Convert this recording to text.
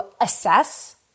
assess